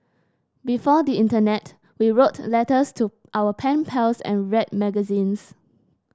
before the internet we wrote letters to our pen pals and read magazines